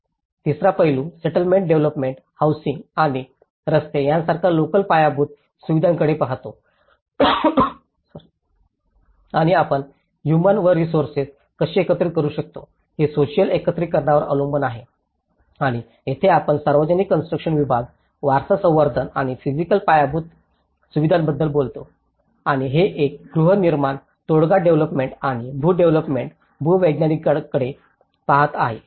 तिसरा पैलू settlement development housing आणि रस्ते यासारख्या लोकल पायाभूत सुविधांकडे पाहतो आणि आपण हुमान व रिसोर्सेस कशी एकत्रित करू शकतो हे सोसिअल एकत्रिकरणावर अवलंबून आहे आणि येथे आपण सार्वजनिक कॉन्स्ट्रुकशन विभाग वारसा संवर्धन आणि फिसिकल पायाभूत सुविधांबद्दल बोलतो आणि हे एक गृहनिर्माण तोडगा डेव्हलोपमेंट आणि भू डेव्हलोपमेंट भूवैज्ञानिकांकडे पहात आहे